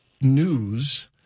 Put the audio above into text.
news